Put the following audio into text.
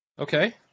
Okay